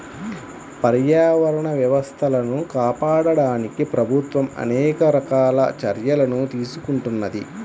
పర్యావరణ వ్యవస్థలను కాపాడడానికి ప్రభుత్వం అనేక రకాల చర్యలను తీసుకుంటున్నది